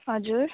हजुर